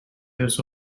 years